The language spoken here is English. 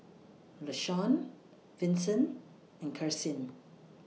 Lashawn Vinson and Karsyn